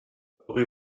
rue